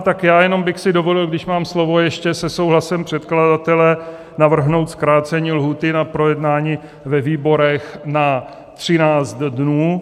Tak já jenom bych si dovolil, když mám slovo, ještě se souhlasem předkladatele navrhnout zkrácení lhůty na projednání ve výborech na 13 dnů.